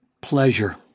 pleasure